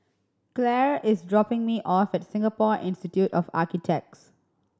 Claire is dropping me off at Singapore Institute of Architects